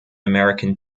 american